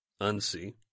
unsee